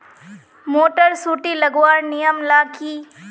Motor सुटी लगवार नियम ला की?